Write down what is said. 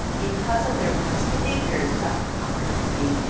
because of their past behaviors, dr. hoffart tells me,